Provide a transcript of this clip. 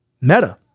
Meta